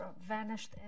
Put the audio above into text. vanished